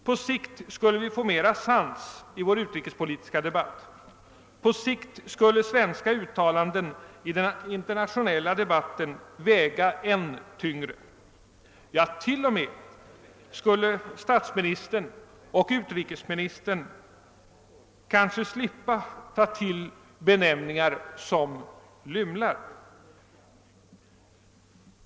På sikt skulle vi få mera sans i vår utrikespolitiska debatt, på sikt skulle svenska uttalanden i den internationella debatten väga än tyngre, ja, statsministern och utrikesministern skulle kanske t.o.m. slippa ta till benämningar som »lymlar».